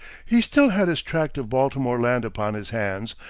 he still had his tract of baltimore land upon his hands,